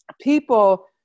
people